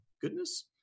Goodness